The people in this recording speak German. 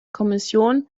kommission